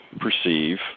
perceive